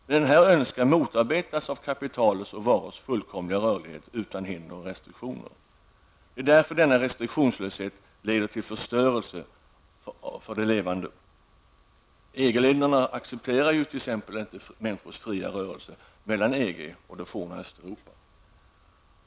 Men denna önskan motarbetas av kapitalets och varors fullkomliga rörlighet utan hinder och restriktioner. Därför leder denna restriktionslöshet till förstörelse av det levande. EG-länderna accepterar inte människors fria rörelse mellan EG och det forna Östeuropa.